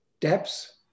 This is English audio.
depths